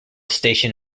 station